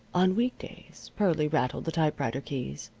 on week days pearlie rattled the typewriter keys,